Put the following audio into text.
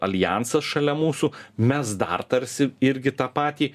aljansas šalia mūsų mes dar tarsi irgi tą patį